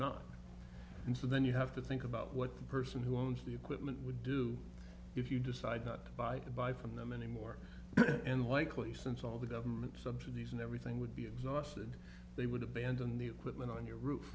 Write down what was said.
not and so then you have to think about what the person who owns the equipment would do if you decide not to buy to buy from them any more unlikely since all the government subsidies and everything would be exhausted they would abandon the equipment on your roof